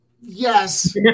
Yes